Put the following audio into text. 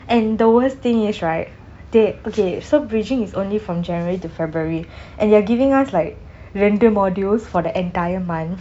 and the worst thing is right they okay so bridging is only from january to february and they are giving us like random modules for the entire month